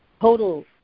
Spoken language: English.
total